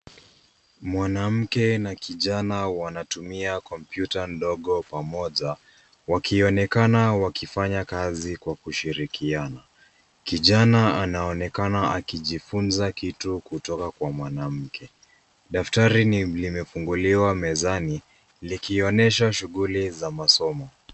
Mwanamke na kijana wanatumia kompyuta ndogo pamoja wakionekana wakifanya kazi kwa kushirikiana. Kijana anaonekana akijifunza kitu kutoka kwa mwanamke . Daftari limefunguliwa mezani likionyesha shughuli za masomo.